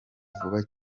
vuba